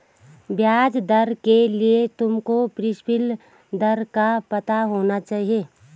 ब्याज दर के लिए तुमको प्रिंसिपल दर का पता होना चाहिए